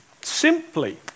simply